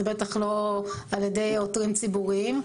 ובטח לא על ידי עותרים ציבוריים.